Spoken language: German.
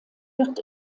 wird